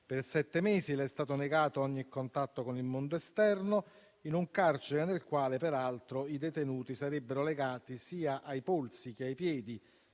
per sette mesi le è stato negato qualunque contatto con il mondo esterno, in un carcere nel quale, peraltro, i detenuti sarebbero legati sia ai polsi che ai piedi